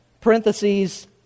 parentheses